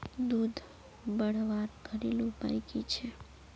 दूध बढ़वार घरेलू उपाय की छे?